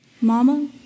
Mama